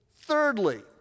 Thirdly